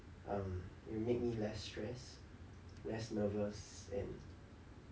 um will make me less stress less nervous and